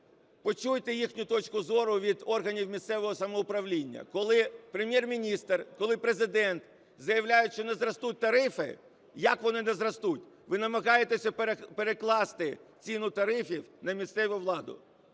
почуйте їхню точку зору від органів місцевого самоуправління, коли Прем’єр-міністр, коли Президент заявляють, що не зростуть тарифи. Як вони не зростуть? Ви намагаєтесь перекласти ціну тарифів на місцеву владу.